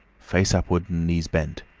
face upward and knees bent,